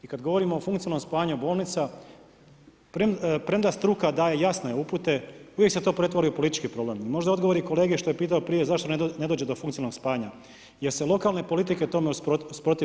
I kad govorimo o funkcionalnom spajanju bolnica, premda struka daje jasne upute, uvijek se to pretvori u politički problem i možda odgovor i kolegi što je pitao prije zašto ne dođe do funkcionalnog spajanja, jer se lokalne politike tome usprotive.